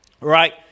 Right